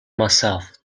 myself